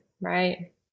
right